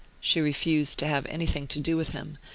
she refused to have anything to do with him,